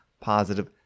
positive